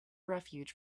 refuge